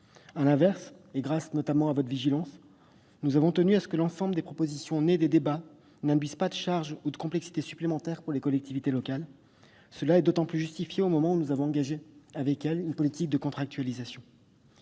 À l'inverse, grâce, notamment, à votre vigilance, nous avons tenu à ce que l'ensemble des propositions nées des débats n'induisent pas de charges ou de complexité supplémentaires pour les collectivités territoriales. C'est d'autant plus justifié alors que nous avons engagé avec elles une politique de contractualisation.